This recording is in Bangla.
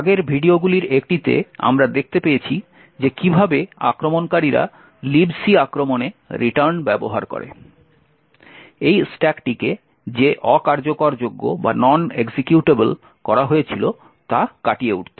আগের ভিডিওগুলির একটিতে আমরা দেখতে পেয়েছি যে কীভাবে আক্রমণকারীরা লিব সি আক্রমণে রিটার্ন ব্যবহার করে এই স্ট্যাকটিকে যে অ কার্যকরযোগ্য করা হয়েছিল তা কাটিয়ে উঠতে